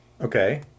Okay